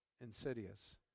Insidious